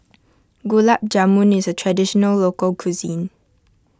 Gulab Jamun is a Traditional Local Cuisine